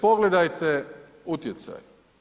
Pogledate utjecaj.